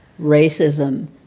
racism